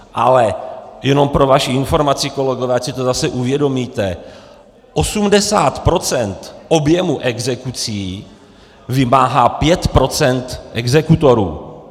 Ale jenom pro vaši informaci, kolegové, ať si to zase uvědomíte, 80 % objemu exekucí vymáhá 5 % exekutorů.